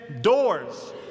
doors